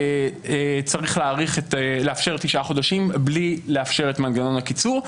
שצריך לאפשר תשעה חודשים בלי לאפשר את מנגנון הקיצור.